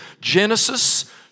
Genesis